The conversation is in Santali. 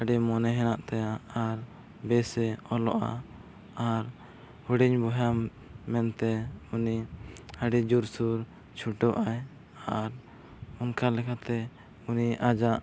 ᱟᱹᱰᱤ ᱢᱚᱱᱮ ᱦᱮᱱᱟᱜ ᱛᱟᱭᱟ ᱟᱨ ᱵᱮᱥᱮ ᱚᱞᱚᱜᱼᱟ ᱟᱨ ᱦᱩᱰᱤᱧ ᱵᱚᱭᱦᱟ ᱢᱮᱱᱛᱮ ᱩᱱᱤ ᱟᱹᱰᱤ ᱡᱳᱨᱥᱳᱨ ᱪᱷᱩᱴᱟᱹᱜ ᱟᱭ ᱟᱨ ᱚᱱᱠᱟ ᱞᱮᱠᱟᱛᱮ ᱩᱱᱤ ᱟᱡᱟᱜ